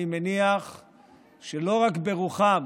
אני מניח שלא רק ברוחם